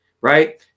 right